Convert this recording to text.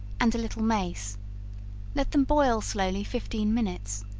and a little mace let them boil slowly fifteen minutes,